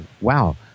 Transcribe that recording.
wow